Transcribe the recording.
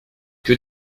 que